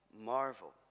marvel